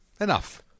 enough